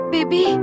Baby